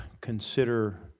consider